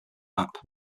map